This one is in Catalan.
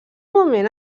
moment